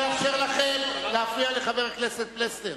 אני לא אאפשר לכם להפריע לחבר הכנסת פלסנר,